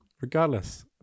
Regardless